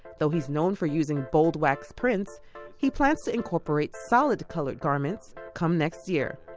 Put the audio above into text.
though he's known for using bold wax prints he plans to incorporate solid colored garments come next year.